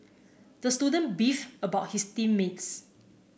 the student beefed about his team mates